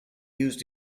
used